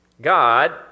God